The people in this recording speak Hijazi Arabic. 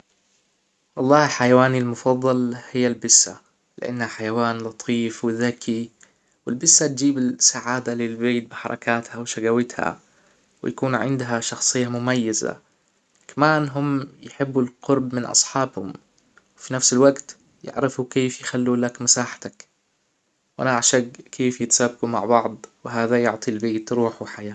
والله حيوانى المفضل هى البسة لأنها حيوان لطيف و ذكى والبسة تجيب السعادة للبيت بحركاتها وشجاوتها ويكون عندها شخصية مميزة كمان هم يحبوا القرب من أصحابهم وفى نفس الوجت يعرفوا كيف يخلولك مساحتك وأنا أعشج كيف يتسابقوا مع بعض وهذا يعطى البيت روح وحياه